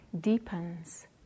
deepens